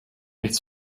nichts